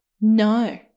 no